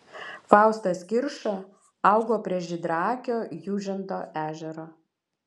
faustas kirša augo prie žydraakio jūžinto ežero